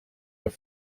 your